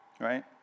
Right